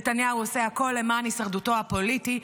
נתניהו עושה הכול למען הישרדותו הפוליטית,